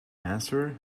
answer